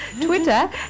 Twitter